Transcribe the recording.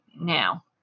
now